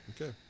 okay